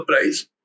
price